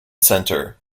center